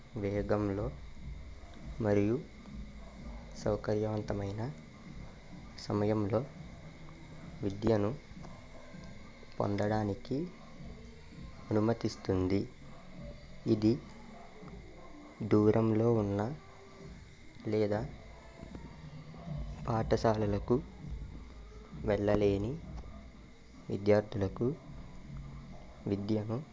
వేగంలో మరియు సౌకర్యవంతమైన సమయంలో విద్యను పొందడానికి అనుమతిస్తుంది ఇది దూరంలో ఉన్న లేదా పాఠశాలలకు వెళ్లలేని విద్యార్థులకు విద్యను